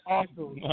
Awesome